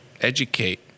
educate